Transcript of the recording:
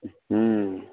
हुँ